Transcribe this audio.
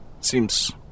Seems